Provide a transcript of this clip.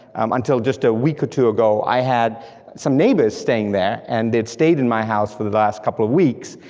until just a week or two ago i had some neighbors staying there, and they stayed in my house for the last couple of weeks,